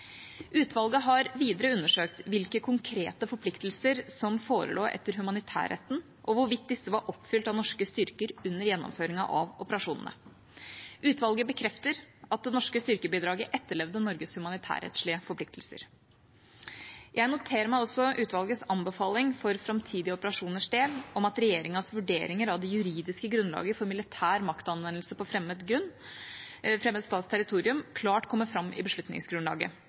Utvalget har videre undersøkt hvilke konkrete forpliktelser som forelå etter humanitærretten, og hvorvidt disse var oppfylt av norske styrker under gjennomføringen av operasjonene. Utvalget bekrefter at det norske styrkebidraget etterlevde Norges humanitærrettslige forpliktelser. Jeg noterer meg også utvalgets anbefaling for framtidige operasjoners del om at regjeringas vurderinger av det juridiske grunnlaget for militær maktanvendelse på fremmed stats territorium klart kommer fram i beslutningsgrunnlaget,